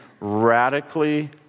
radically